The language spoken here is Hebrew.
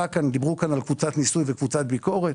דיברו כאן על קבוצת ניסוי וקבוצת ביקורת.